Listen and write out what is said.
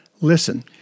listen